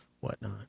whatnot